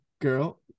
girl